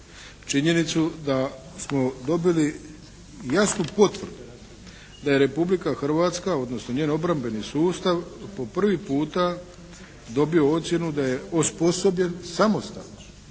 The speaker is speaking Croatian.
činjenicu da smo dobili jasnu potvrdu da je Republika Hrvatska odnosno njen obrambeni sustav po prvi puta dobio ocjenu da je osposobljen samostalno,